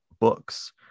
books